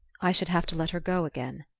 i should have to let her go again.